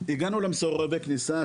הגענו למסורבי כניסה,